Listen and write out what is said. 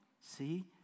See